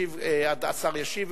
השר ישיב,